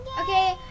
Okay